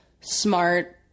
smart